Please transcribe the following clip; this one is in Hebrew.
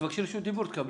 את תבקשי רשות דיבור ותקבלי.